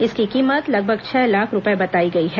इसकी कीमत लगभग छह लाख रूपये बताई गई है